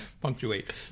Punctuate